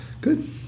Good